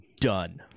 done